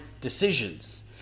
decisions